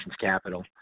capital